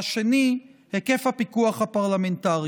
והשני, היקף הפיקוח הפרלמנטרי.